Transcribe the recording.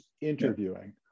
interviewing